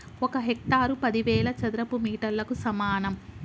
ఒక హెక్టారు పదివేల చదరపు మీటర్లకు సమానం